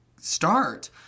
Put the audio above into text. start